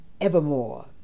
evermore